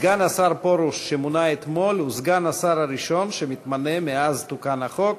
סגן השר פרוש שמונה אתמול הוא סגן השר הראשון שמתמנה מאז תוקן החוק,